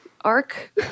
arc